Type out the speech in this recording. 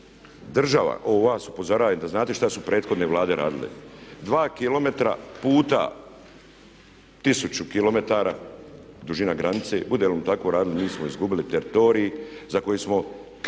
država, ovo vas upozorajem da znate što su prethodne vlade radile. 2 km puta 1000 km dužina granice, budemo li tako radili, mi smo izgubili teritorij za koji smo krv